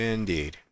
Indeed